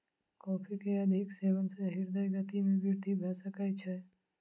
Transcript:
coffee के अधिक सेवन सॅ हृदय गति में वृद्धि भ सकै छै